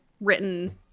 written